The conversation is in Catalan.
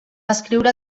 escriure